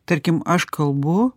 tarkim aš kalbu